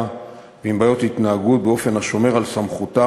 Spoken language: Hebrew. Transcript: ועם בעיות התנהגות באופן השומר על סמכותם,